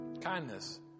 Kindness